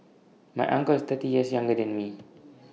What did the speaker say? my uncle is thirty years younger than me